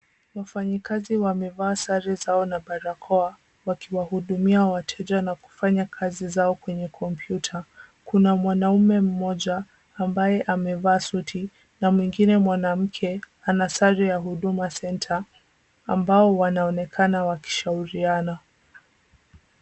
Wafanyikazi wamevaa sare zao na barakoa, wakiwa hudumia wateja na kufanya kazi zao kwenye computer . Kuna mwanaume mmoja ambaye amevaa suti na mwingine mwanamke ana sare ya huduma center. Ambao wanaonekana wakishauriana.